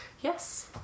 yes